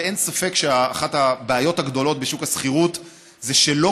אין ספק שאחת הבעיות הגדולות בשוק השכירות היא שלא